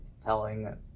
telling